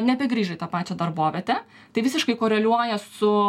nebegrįžo į tą pačią darbovietę tai visiškai koreliuoja su